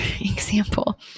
example